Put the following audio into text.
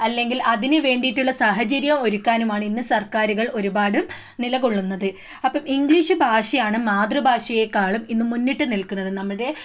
അതിനുവേണ്ടിട്ടുള്ള സാഹചര്യം ഒരുക്കാനും ആണ് ഇന്ന് സർക്കാരുകൾ ഒരുപാട് നിലകൊള്ളുന്നത് അപ്പം ഇംഗ്ലീഷ് ഭാഷയാണ് മാതൃഭാഷയെക്കാളും ഇന്നു മുന്നിട്ടുനിൽക്കുന്നത് നമ്മുടെ